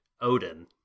Odin